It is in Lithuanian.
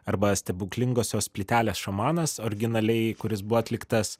arba stebuklingosios plytelės šamanas originaliai kuris buvo atliktas